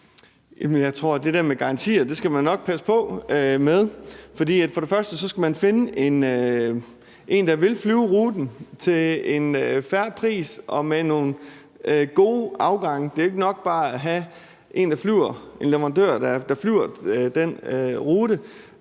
Jeg tror, at man skal passe på med det der med garantier. For først skal man finde en, der vil flyve ruten til en fair pris og med nogle gode afgange. Det er jo ikke nok bare at have en leverandør, der flyver den rute.